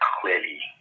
clearly